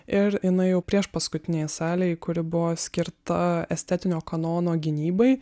ir jinai jau priešpaskutinėje salėje kuri buvo skirta estetinio kanono gynybai